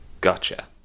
gotcha